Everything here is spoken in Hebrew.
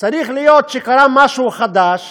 צריך להיות שקרה משהו חדש